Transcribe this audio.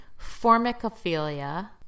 Formicophilia